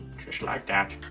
just like that.